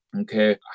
Okay